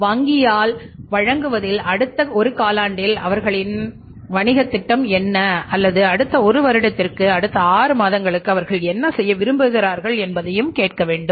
வங்கியால் வழங்குவதில் அடுத்த ஒரு காலாண்டிற்கான அவர்களின் வணிகத் திட்டம் என்ன அல்லது அடுத்த 1 வருடத்திற்கு அடுத்த 6 மாதங்களுக்கு அவர்கள் என்ன செய்ய விரும்புகிறார்கள் என்பதையும் கேட்க வேண்டும்